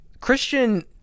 Christian